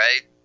right